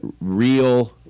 real